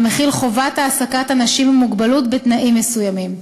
המחיל חובת העסקת אנשים עם מוגבלות בתנאים מסוימים.